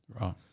Right